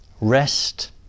rest